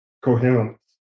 coherence